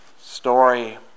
story